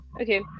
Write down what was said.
okay